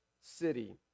city